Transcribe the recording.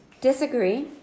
disagree